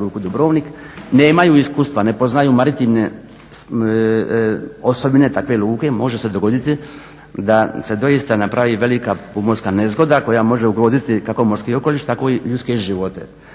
Luku Dubrovnik nemaju iskustva ne poznaju maritime osobine takve luke i može se dogoditi da se doista napravi velika pomorska nezgoda koja može ugroziti kako morski okoliš, tako ljudske živote.